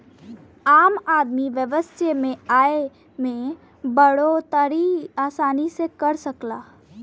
आम आदमी व्यवसाय से आय में बढ़ोतरी आसानी से कर सकला